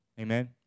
Amen